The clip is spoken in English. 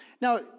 Now